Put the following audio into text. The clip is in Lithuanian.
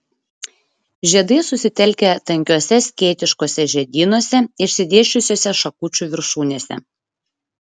žiedai susitelkę tankiuose skėtiškuose žiedynuose išsidėsčiusiuose šakučių viršūnėse